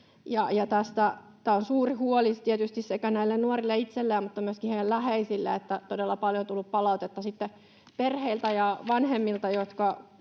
Tämä on suuri huoli tietysti sekä näille nuorille itselleen että myöskin heidän läheisilleen. Todella paljon on tullut palautetta perheiltä ja vanhemmilta: